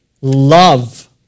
Love